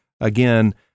again